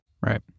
Right